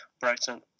Brighton